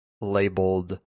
labeled